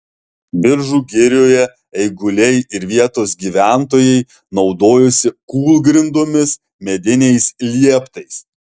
biržų girioje eiguliai ir vietos gyventojai naudojosi kūlgrindomis mediniais lieptais